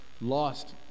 lost